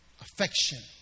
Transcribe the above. Affection